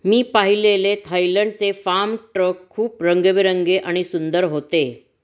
मी पाहिलेले थायलंडचे farm truck खूप रंगीबेरंगी आणि सुंदर होते